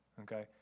okay